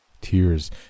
Tears